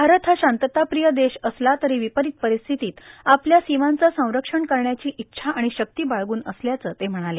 भारत हा शांतताप्रिय देश असला तरो र्वपरांत र्पारस्थितीत आपल्या सीमांचं संरक्षण करण्याची इच्छा र्आण शक्ती बाळगून असल्याचं ते म्हणाले